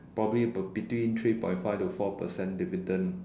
probably be between three point five to four percent dividend